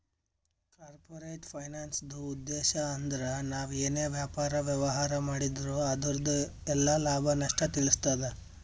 corporate ಫೈನಾನ್ಸ್ದುಉದ್ಧೇಶ್ ಅಂದ್ರ ನಾವ್ ಏನೇ ವ್ಯಾಪಾರ, ವ್ಯವಹಾರ್ ಮಾಡಿದ್ರು ಅದುರ್ದು ಎಲ್ಲಾ ಲಾಭ, ನಷ್ಟ ತಿಳಸ್ತಾದ